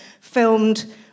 filmed